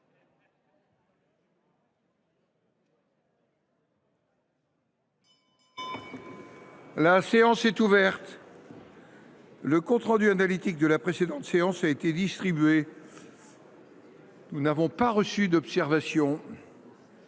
La séance est ouverte. Le compte rendu analytique de la précédente séance a été distribué. Il n’y a pas d’observation